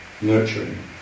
nurturing